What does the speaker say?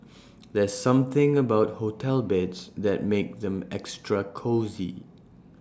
there's something about hotel beds that makes them extra cosy